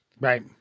Right